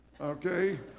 okay